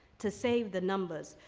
to save the numbers.